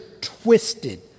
twisted